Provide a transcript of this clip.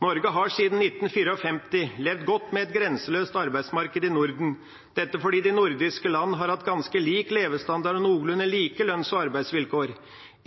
Norge har siden 1954 levd godt med et grenseløst arbeidsmarked i Norden. Dette fordi de nordiske land har hatt ganske lik levestandard og noenlunde like lønns- og arbeidsvilkår.